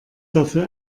dafür